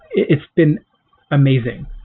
it's been amazing.